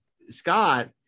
Scott